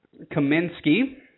Kaminsky